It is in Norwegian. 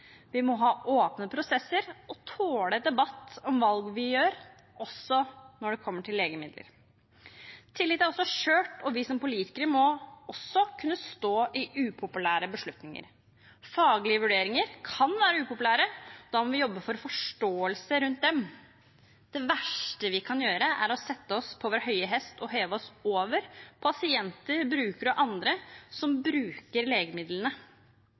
Vi må ha åpne prosesser og tåle debatt om valg vi gjør, også når det gjelder legemidler. Tillit er også skjørt, og vi som politikere må kunne stå i upopulære beslutninger. Faglige vurderinger kan være upopulære, og da må vi jobbe for forståelse rundt dem. Det verste vi kan gjøre, er å sette oss på vår høye hest og heve oss over pasienter, brukere og andre som bruker legemidlene.